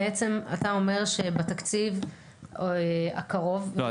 בעצם אתה אומר שבתקציב הקרוב --- לא,